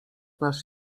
nasz